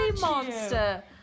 monster